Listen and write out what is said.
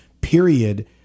period